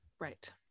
Right